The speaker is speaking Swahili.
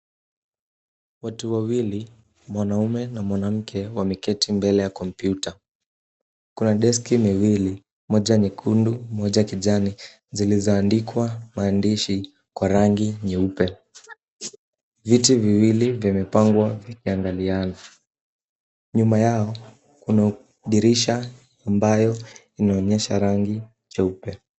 Watu wawili, mwanamume na mwanamke wameketi mbele ya kompyuta . Kuna deski miwili, moja nyekundu moja kijani zilizo andikwa maandishi kwa rangi nyeupe. Viti viwili vimepangwa vikiangaliana. Nyuma yao kuna dirisha ambayo inaonyesha rangi cheupe.